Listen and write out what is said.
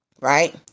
right